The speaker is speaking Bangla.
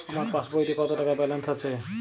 আমার পাসবইতে কত টাকা ব্যালান্স আছে?